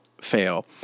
fail